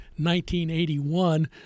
1981